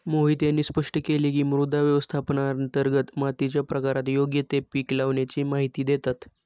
मोहित यांनी स्पष्ट केले की, मृदा व्यवस्थापनांतर्गत मातीच्या प्रकारात योग्य ते पीक लावाण्याची माहिती देतात